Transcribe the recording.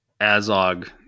azog